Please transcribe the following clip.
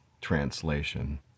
translation